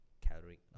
calorie